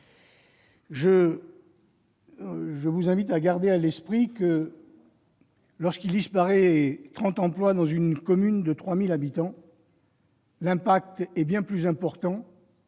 Je vous invite à garder à l'esprit que, lorsqu'il disparaît 30 emplois dans une commune de 3 000 habitants, l'impact est bien plus important